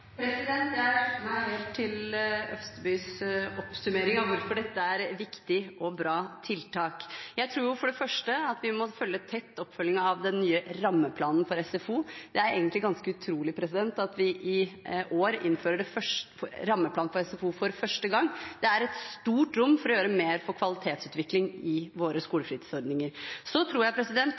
Jeg slutter meg helt til Øvstegårds oppsummering av hvorfor dette er et viktig og bra tiltak. Jeg tror for det første vi må følge tett oppfølgingen av den nye rammeplanen for SFO. Det er egentlig ganske utrolig at vi i år innfører rammeplan for SFO for første gang. Det er et stort rom for å gjøre mer for kvalitetsutvikling i våre skolefritidsordninger. Så tror jeg